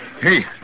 Hey